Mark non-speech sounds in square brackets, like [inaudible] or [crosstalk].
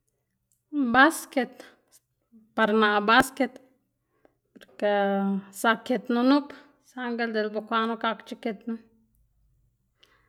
Basquet par naꞌ basquet [noise] ga zak kitnu nup saꞌngl dela bukwaꞌnu gakche kitnu. [noise]